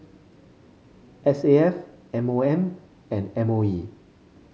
S A F M O M and M O E